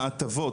ההטבות,